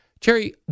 Jerry